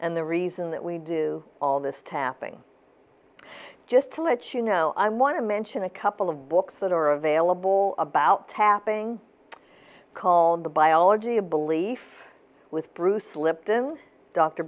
and the reason that we do all this tapping just to let you know i want to mention a couple of books that are available about tapping called the biology of belief with bruce lipton dr